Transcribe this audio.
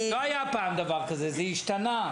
לא היה פעם דבר כזה, זה השתנה.